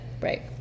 right